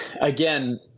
again